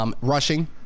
Rushing